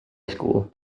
school